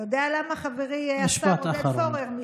אתה יודע למה, חברי עודד פורר?